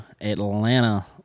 atlanta